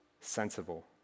sensible